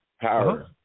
power